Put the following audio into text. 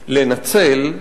לנצל.